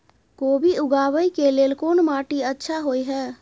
कोबी उगाबै के लेल कोन माटी अच्छा होय है?